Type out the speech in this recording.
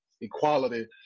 equality